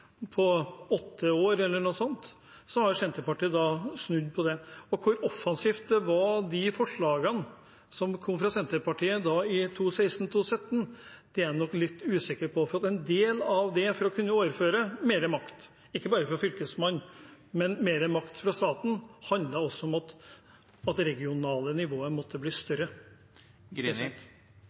på åtte år eller noe slikt, har Senterpartiet snudd på det. Hvor offensive de forslagene var som kom fra Senterpartiet i 2016–2017, er jeg nok litt usikker på, for en del av det å kunne overføre makt – ikke bare fra fylkesmannen, men mer makt fra staten – handlet også om at det regionale nivået måtte bli større.